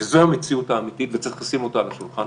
וזו המציאות האמיתית וצריך לשים אותה על השולחן.